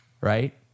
right